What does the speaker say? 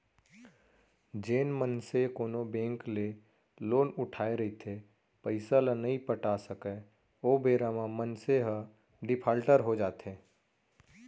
जेन मनसे कोनो बेंक ले लोन उठाय रहिथे पइसा ल नइ पटा सकय ओ बेरा म मनसे ह डिफाल्टर हो जाथे